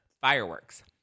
Fireworks